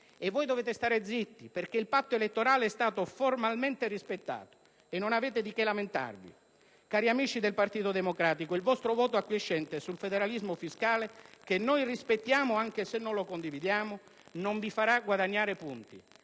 E voi dovete stare zitti, perché il patto elettorale è stato formalmente rispettato e non avete di che lamentarvi. Cari amici del Partito Democratico, il vostro voto acquiescente sul federalismo fiscale (che noi rispettiamo anche se non lo condividiamo) non vi farà guadagnare punti.